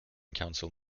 council